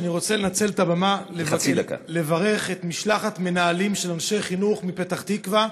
אני רוצה לנצל את הבמה לברך את משלחת המנהלים של אנשי חינוך מפתח תקווה,